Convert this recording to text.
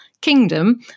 kingdom